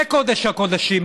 זה קודש הקודשים.